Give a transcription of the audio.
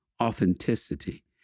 authenticity